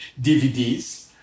DVDs